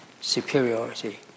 superiority